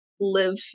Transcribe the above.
live